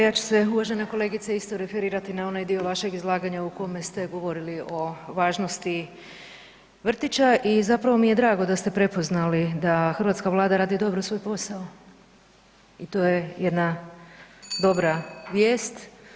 Ja ću se uvažena kolegice isto referirati na onaj dio vašeg izlaganja u kome ste govorili o važnosti vrtića i zapravo mi je drago da ste prepoznali da hrvatska Vlada radi dobro svoj posao i to je jedna dobra vijest.